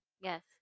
Yes